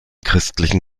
christlichen